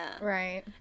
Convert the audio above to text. right